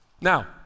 Now